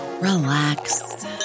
relax